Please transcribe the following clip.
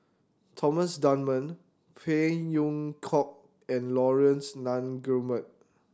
Thomas Dunman Phey Yew Kok and Laurence Nunns Guillemard